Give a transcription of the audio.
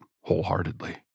wholeheartedly